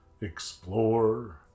explore